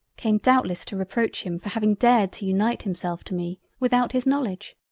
came doubtless to reproach him for having dared to unite himself to me without his knowledge.